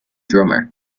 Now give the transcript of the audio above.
drummer